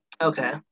Okay